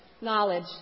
knowledge